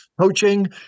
coaching